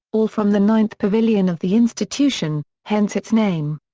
all from the ninth pavilion of the institution, hence its name.